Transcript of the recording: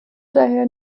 daher